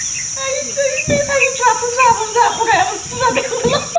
आयदै मेथाइफ्राथ' जाबाबो जाखनो हायामोन फुजा देवोलआव